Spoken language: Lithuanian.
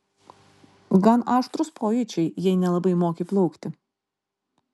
gan aštrūs pojūčiai jei nelabai moki plaukti